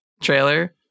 trailer